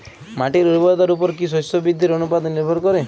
মাটির উর্বরতার উপর কী শস্য বৃদ্ধির অনুপাত নির্ভর করে?